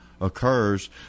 occurs